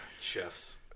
chefs